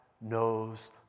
knows